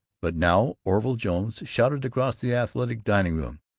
but now orville jones shouted across the athletic dining-room,